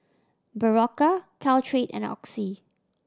Berocca Caltrate and Oxy